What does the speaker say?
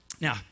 Now